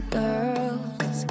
girls